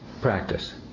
practice